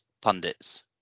pundits